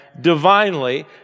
divinely